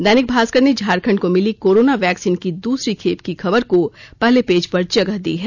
दैनिक भास्कर ने झारखंड को मिली कोरोना वैक्सीन की दूसरी खेप की खबर को पहले पेज पर जगह दी है